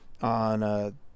On